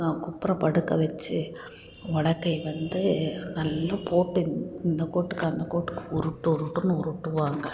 குப்புற படுக்க வச்சு உலக்கைய வந்து நல்லா போட்டு இந்த கோட்டுக்கும் அந்த கோட்டுக்கும் உருட்டு உருட்டுனு உருட்டுவாங்கள்